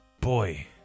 boy